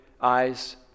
eyes